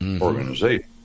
organization